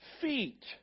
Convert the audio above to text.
feet